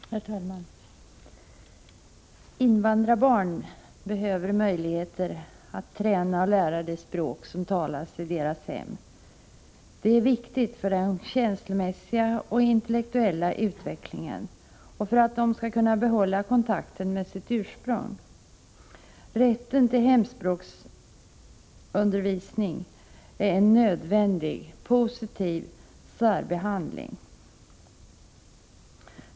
Herr talman! Invandrarbarn behöver möjligheter att träna och lära det språk som talas i deras hem. Det är viktigt för den känslomässiga och intellektuella utvecklingen samt för att de skall kunna behålla kontakten med sitt ursprung. Rätten till hemspråksundervisning är en nödvändig positiv särbehandling.